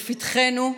לפתחנו,